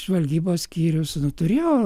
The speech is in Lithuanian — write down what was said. žvalgybos skyrius nu turėjo